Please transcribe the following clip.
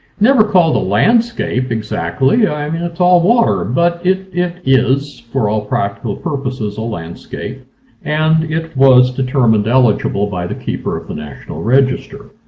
never called a landscape exactly. i mean it's all water. but it it is for all practical purposes a landscape and it was determined eligible by the keeper of the national register.